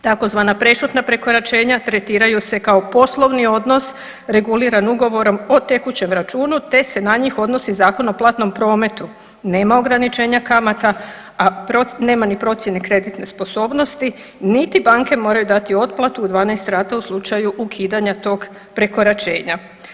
Tzv. prešutna prekoračenja tretiraju se kao poslovni odnos reguliran ugovorom o tekućem računu, te se na njih odnosi Zakon o platnom prometu, nema ograničenja kamata, a nema ni procijene kreditne sposobnosti, niti banke moraju dati otplatu u 12 rata u slučaju ukidanja tog prekoračenja.